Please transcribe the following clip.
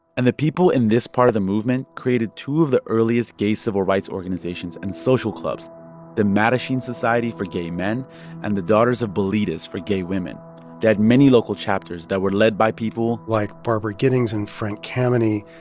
and the people in this part of the movement created two of the earliest gay civil rights organizations and social clubs the mattachine society for gay men and the daughters of bilitis for gay women that had many local chapters that were led by people. like barbara gittings and frank kameny.